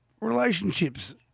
relationships